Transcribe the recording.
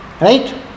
Right